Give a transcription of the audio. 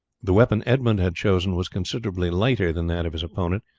the weapon edmund had chosen was considerably lighter than that of his opponent,